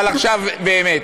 אבל עכשיו באמת.